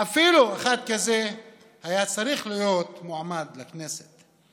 ואחד כזה אפילו היה צריך להיות מועמד לכנסת.